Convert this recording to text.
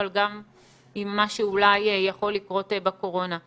אבל גם עם מה שאולי יכול לקרות בקורונה,